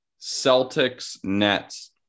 Celtics-Nets